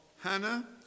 Hannah